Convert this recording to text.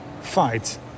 fight